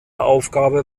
aufgabe